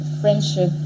friendship